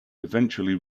eventually